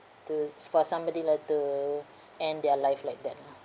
to for somebody like to end their life like that